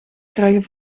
krijgen